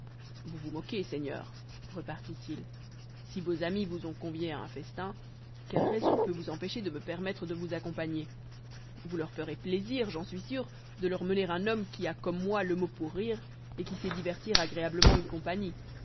vous vous moquez seigneur repartit il si vos amis vous ont convié à un festin quelle raison peut vous empêcher de me permettre de vous accompagner vous leur ferez plaisir j'en suis sûr de leur mener un homme qui a comme moi le mot pour rire et qui sait divertir agréablement une compagnie